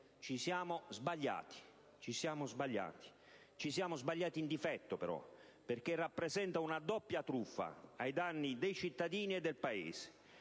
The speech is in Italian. ci siamo sbagliati! Ci siamo sbagliati in difetto, però, perché rappresenta una doppia truffa: ai danni dei cittadini e del Paese.